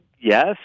Yes